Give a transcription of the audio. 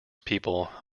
people